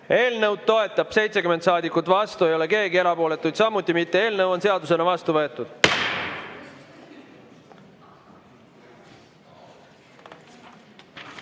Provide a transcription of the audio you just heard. Eelnõu toetab 70 saadikut, vastu ei ole keegi, erapooletu samuti mitte. Eelnõu on seadusena vastu võetud.